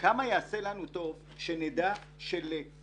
כמה יעשה לנו טוב שנדע של-5,000,